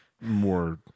more